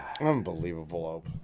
Unbelievable